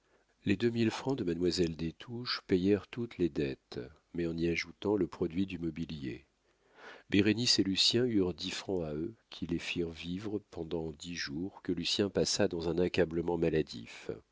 les deux mille francs de mademoiselle des touches payèrent toutes les dettes mais en y ajoutant le produit du mobilier bérénice et lucien eurent dix francs à eux qui les firent vivre pendant dix jours que lucien passa dans un accablement maladif